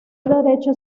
derecho